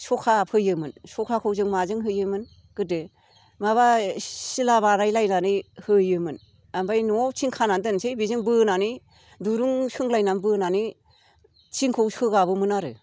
सखा फैयोमोन सखाखौ जों माजों होयोमोन गोदो माबा सिला बानायलायनानै होयोमोन ओमफ्राय न'आव थिं खानानै दोननोसै बेजों बोनानै दिरुं सोंलायना बोनानै थिंखौ सोगाबोमोन आरो